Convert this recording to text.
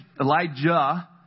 Elijah